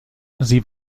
sie